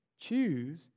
choose